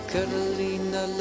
Carolina